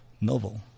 novel